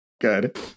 Good